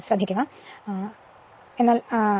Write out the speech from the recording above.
എങ്ങനെ ചെയ്യാനാകുമെന്ന് ശ്രദ്ധിക്കുക